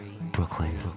Brooklyn